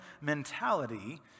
mentality